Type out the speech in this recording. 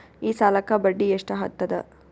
ಈ ಸಾಲಕ್ಕ ಬಡ್ಡಿ ಎಷ್ಟ ಹತ್ತದ?